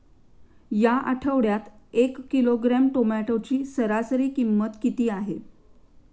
या आठवड्यात एक किलोग्रॅम टोमॅटोची सरासरी किंमत किती आहे?